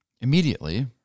Immediately